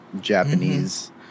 Japanese